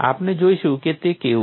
આપણે જોઈશું કે તે કેવું છે